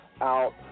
out